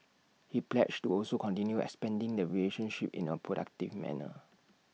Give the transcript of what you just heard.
he pledged to also continue expanding the relationship in A productive manner